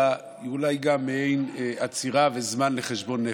אולי גם היא מעין עצירה וזמן לחשבון נפש.